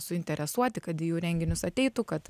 suinteresuoti kad į jų renginius ateitų kad